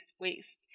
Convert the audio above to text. waste